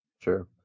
Sure